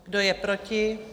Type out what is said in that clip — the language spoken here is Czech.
Kdo je proti?